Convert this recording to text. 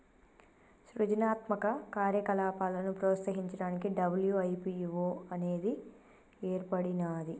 సృజనాత్మక కార్యకలాపాలను ప్రోత్సహించడానికి డబ్ల్యూ.ఐ.పీ.వో అనేది ఏర్పడినాది